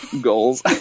goals